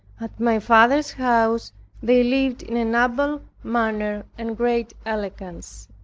at my father's house they lived in a noble manner and great elegance.